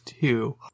two